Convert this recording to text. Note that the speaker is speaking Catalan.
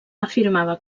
afirmava